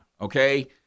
okay